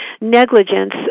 negligence